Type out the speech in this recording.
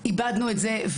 איבדנו את זה.